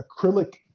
acrylic